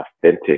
authentic